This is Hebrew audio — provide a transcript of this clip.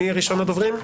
מי ראשון הדוברים?